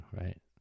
right